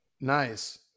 Nice